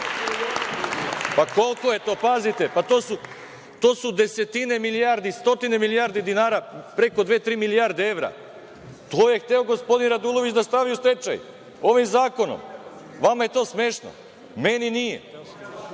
Pa, koliko je to? Pazite, to su desetine milijardi, stotine milijardi dinara, preko dve, tri milijarde evra. To je hteo gospodin Radulović da stavi u stečaj ovim zakonom. Vama je to smešno. Meni nije.(Saša